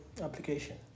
application